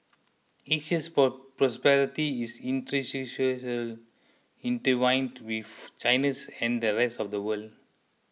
Asia's prosperity is intertwined with China's and the rest of the world